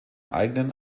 eigenen